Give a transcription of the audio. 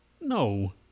no